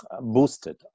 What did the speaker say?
boosted